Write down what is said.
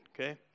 Okay